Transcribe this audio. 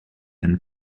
and